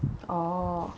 oh